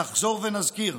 נחזור ונזכיר,